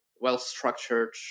well-structured